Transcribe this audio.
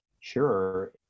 Sure